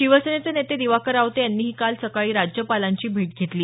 शिवसेनेचे नेते दिवाकर रावते यांनीही काल सकाळी राज्यपालांची भेट घेतली